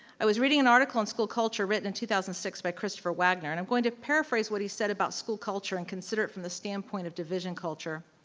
i was reading an article on school culture written in two thousand and six by christopher wagner and i'm going to paraphrase what he said about school culture and consider it from the standpoint of division culture.